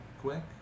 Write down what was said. quick